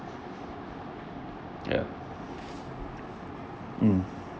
ya mm